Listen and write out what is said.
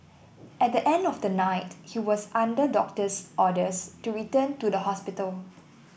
at the end of the night he was under doctor's orders to return to the hospital